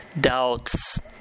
doubts